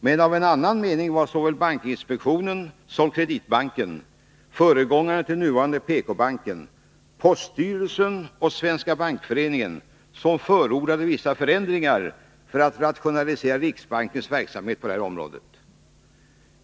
Men av annan mening var såväl bankinspektionen som Kreditbanken — föregångaren till nuvarande PK banken —, poststyrelsen och Svenska bankföreningen, som förordade vissa förändringar för att rationalisera riksbankens verksamhet på detta område.